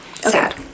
Sad